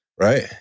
Right